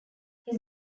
his